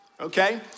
okay